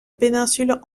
péninsule